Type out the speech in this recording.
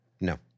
No